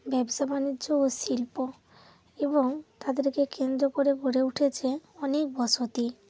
ব্যবসা বাণিজ্য ও শিল্প এবং তাদেরকে কেন্দ্র করে গড়ে উঠেছে অনেক বসতি